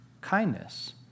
Kindness